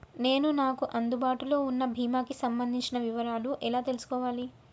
నేను నాకు అందుబాటులో ఉన్న బీమా కి సంబంధించిన వివరాలు ఎలా తెలుసుకోవాలి?